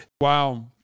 Wow